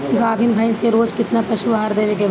गाभीन भैंस के रोज कितना पशु आहार देवे के बा?